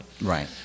Right